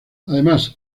además